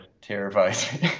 terrifies